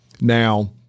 Now